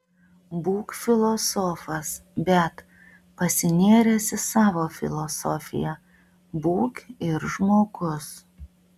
būk filosofas bet pasinėręs į savo filosofiją būk ir žmogus